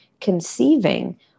conceiving